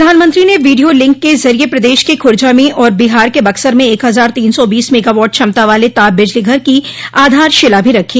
प्रधानमंत्री ने video link के जरिये प्रदेश के खुर्जा में और बिहार के बक्सर में एक हजार तीन सौ बीस मेगावाट क्षमता वाले ताप बिजली घर की आधारशिला भी रखी